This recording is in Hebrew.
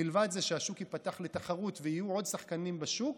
מלבד זה שהשוק ייפתח לתחרות ויהיו עוד שחקנים בשוק,